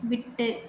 விட்டு